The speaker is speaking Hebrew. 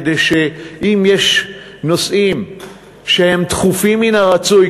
כדי שאם יש נושאים שהם דחופים מן הרצוי,